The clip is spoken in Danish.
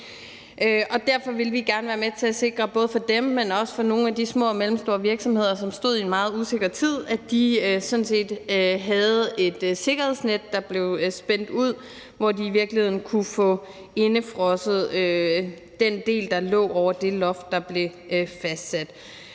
derfor ville vi gerne være med til at sikre, at både de, men også nogle af de små og mellemstore virksomheder, som stod i en meget usikker tid, havde et sikkerhedsnet, der blev spændt ud, hvor de i virkeligheden kunne få indefrosset den del, der lå over det loft, der blev fastsat.